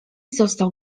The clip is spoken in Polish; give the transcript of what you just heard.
został